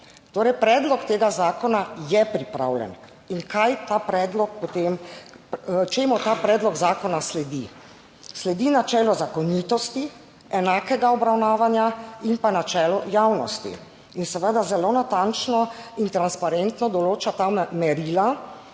Torej predlog tega zakona je pripravljen in kaj ta predlog potem, čemu ta predlog zakona sledi? Sledi načelu zakonitosti enakega obravnavanja in pa načelu javnosti in seveda zelo natančno in transparentno določa ta merila.